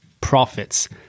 profits